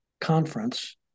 conference